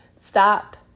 stop